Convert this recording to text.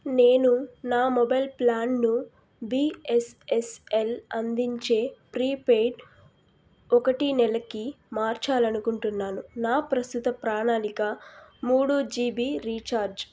నేను నా మొబైల్ ప్లాన్ను బీఎస్ఎన్ఎల్ అందించే ప్రీపెయిడ్ ఒకటి నెలకి మార్చాలనుకుంటున్నాను నా ప్రస్తుత ప్రణాలిక మూడు జీబీ రీఛార్జ్